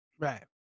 Right